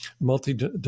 multi